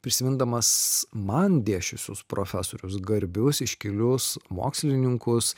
prisimindamas man dėsčiusius profesorius garbius iškilius mokslininkus